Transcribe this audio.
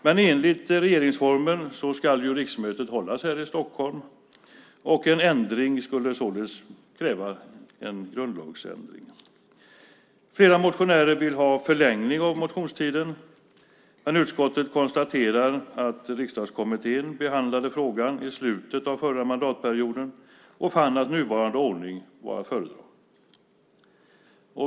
Men enligt regeringsformen ska riksmötet hållas här i Stockholm. En ändring skulle således kräva en grundlagsändring. Flera motionärer vill ha en förlängning av motionstiden. Men utskottet konstaterar att Riksdagskommittén behandlade frågan i slutet av förra mandatperioden och fann att nuvarande ordning var att föredra.